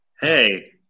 Hey